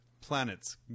planets